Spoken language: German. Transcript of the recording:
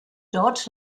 dort